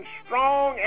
strong